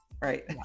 right